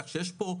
כך שיש פה,